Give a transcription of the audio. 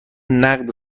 نقد